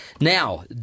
Now